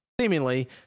seemingly